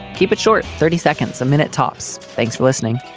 keep it short. thirty seconds a minute, tops. thanks for listening